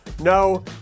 No